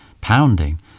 pounding